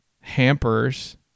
hampers